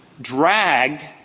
dragged